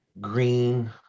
green